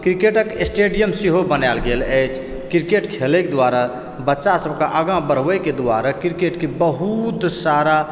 cricket क stadium सेहो बनायल गेल अछि क्रिकेट खेलैक दुआरे बच्चा सबकऽ आगाँ बढ़बैके दुआरे क्रिकेट के बहुत सारा